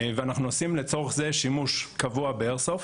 ואנחנו עושים לצורך זה שימוש קבוע באיירסופט.